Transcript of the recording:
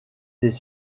des